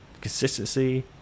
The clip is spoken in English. consistency